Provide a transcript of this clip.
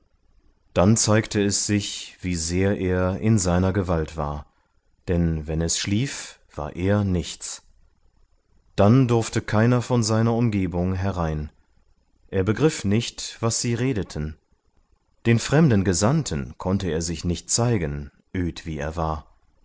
dann zeigte es sich wie sehr er in seiner gewalt war denn wenn es schlief war er nichts dann durfte keiner von seiner umgebung herein er begriff nicht was sie redeten den fremden gesandten konnte er sich nicht zeigen öd wie er war